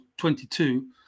22